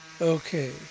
Okay